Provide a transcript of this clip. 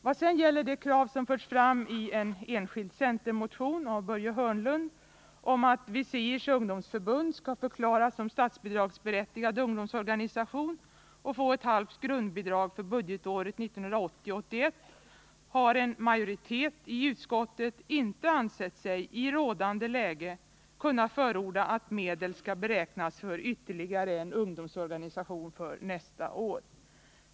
Vad sedan gäller det krav som förts fram i en enskild centermotion, av Börje Hörnlund, om att VISIR:s ungdomsförbund skall förklaras som statsbidragsberättigad ungdomsorganisation och därmed få ett halvt grundbidrag för budgetåret 1980/81 vill jag säga, att en majoritet i utskottet i rådande läge inte har ansett sig kunna förorda att medel skall beräknas för nästa år för ytterligare en ungdomsorganisation.